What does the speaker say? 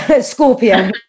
Scorpio